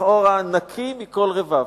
לכאורה נקי מכל רבב.